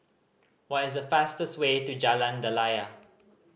what is the fastest way to Jalan Daliah